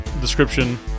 description